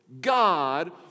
God